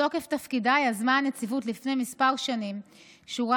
מתוקף תפקידה יזמה הנציבות לפני כמה שנים שורה